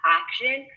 action